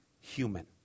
human